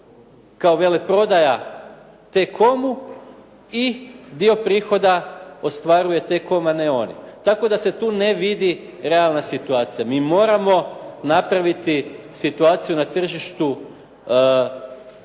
kao veleprodaja T-comu i dio prihoda ostvaruje T-com a ne oni tako da se tu ne vidi realna situacija. Mi moramo napraviti situaciju na tržištu pogodniju